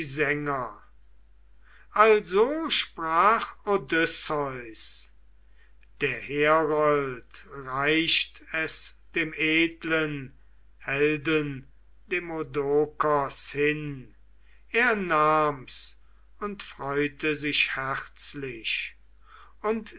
also sprach odysseus der herold reicht es dem edlen helden demodokos hin er nahm's und freute sich herzlich und